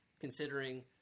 considering